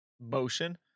motion